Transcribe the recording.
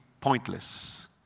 pointless